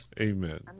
amen